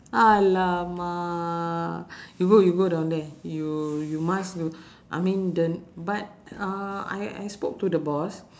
!alamak! you go you go down there you you must you I mean the but uh I I spoke to the boss